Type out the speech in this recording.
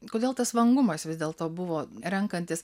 kodėl tas vangumas vis dėlto buvo renkantis